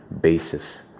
basis